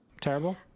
Terrible